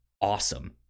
awesome